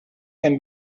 can